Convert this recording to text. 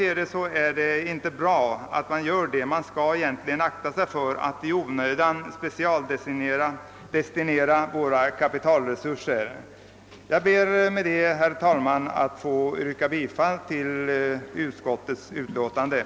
Enligt min mening bör man också akta sig för att i onödan specialdestinera våra kapitalresurser. Med det sagda ber jag, herr talman, få yrka bifall till utskottets hemställan.